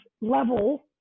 level